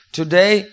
Today